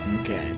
Okay